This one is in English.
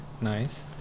Nice